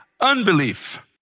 unbelief